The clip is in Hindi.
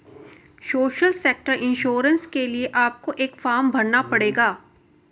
सोशल सेक्टर इंश्योरेंस के लिए आपको एक फॉर्म भरना पड़ेगा